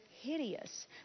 hideous